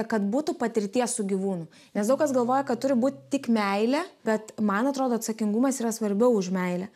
kad būtų patirties su gyvūnu nes daug kas galvoja kad turi būt tik meilė bet man atrodo atsakingumas yra svarbiau už meilę